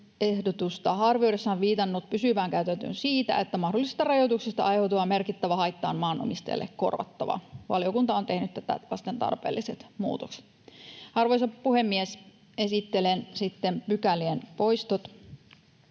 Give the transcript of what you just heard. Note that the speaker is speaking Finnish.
arvioidessaan viitannut pysyvään käytäntöön siinä, että mahdollisista rajoituksista aiheutuva merkittävä haitta on maanomistajalle korvattava. Valiokunta on tehnyt tätä varten tarpeelliset muutokset. Arvoisa puhemies! Esittelen sitten pykälien poistot.